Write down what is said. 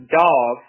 dog